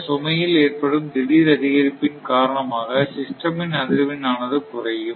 இந்த சுமையில் ஏற்படும் திடீர் அதிகரிப்பின் காரணமாக சிஸ்டம் இன் அதிர்வெண் ஆனது குறையும்